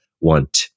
want